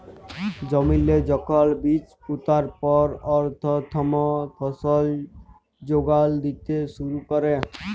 জমিল্লে যখল বীজ পুঁতার পর পথ্থম ফসল যোগাল দ্যিতে শুরু ক্যরে